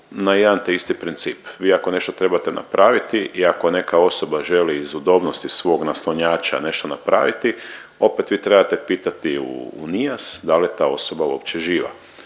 na jedan te isti princip, vi ako nešto trebate napraviti i ako neka osoba želi iz udobnosti svog naslonjača nešto napraviti opet vi trebate pitati u NIAS dal je ta osoba uopće živa.